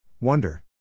Wonder